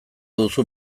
duzu